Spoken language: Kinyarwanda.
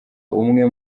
umwe